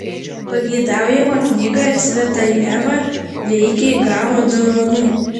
pageidaujamą knygą cvetajeva veikiai gavo dovanų